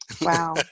Wow